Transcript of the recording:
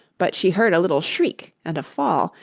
but she heard a little shriek and a fall,